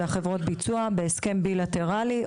זה החברות ביצוע בהסכם בילטרלי,